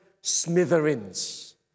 smithereens